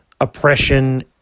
oppression